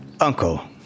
Uncle